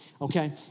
okay